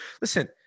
Listen